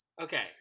Okay